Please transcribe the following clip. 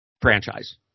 franchise